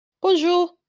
Bonjour